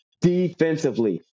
defensively